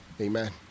Amen